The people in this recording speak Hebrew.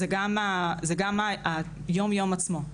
זה גם היום יום עצמו.